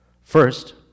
First